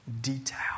detail